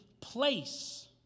place